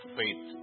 faith